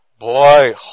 Boy